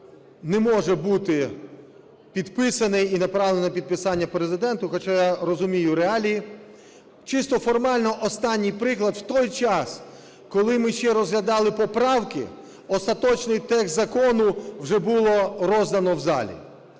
не може бути підписаний і направлений на підписання Президенту, хоча я розумію реалії. Чисто формально останній приклад: в той час, коли ми ще розглядали поправки, остаточний текст закону вже було роздано в залі.